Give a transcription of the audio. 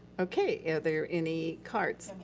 okay, are there any cards?